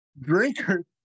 drinkers